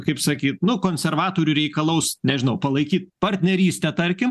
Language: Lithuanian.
kaip sakyt nu konservatorių reikalaus nežinau palaikyt partnerystę tarkim